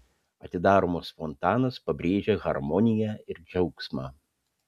atidaromas fontanas pabrėžia harmoniją ir džiaugsmą